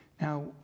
Now